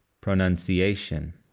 pronunciation